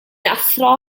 athro